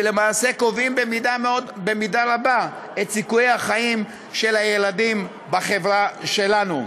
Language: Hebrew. שלמעשה קובעים במידה רבה את סיכויי החיים של הילדים בחברה שלנו.